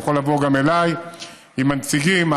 יכול לבוא גם אליי עם הנציגים.